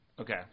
Okay